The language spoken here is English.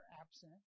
absent